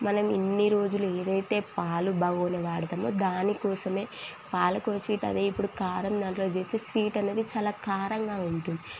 మనం ఇన్ని రోజులు ఏదైతే పాలు బగోని వాడతామో దాని కోసమే పాలకోవా స్వీట్ అదే ఇప్పుడు కారం దాంట్లో చేస్తే స్వీట్ అనేది చాలా కారంగా ఉంటుంది